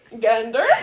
gander